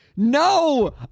No